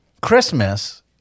Christmas